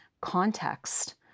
context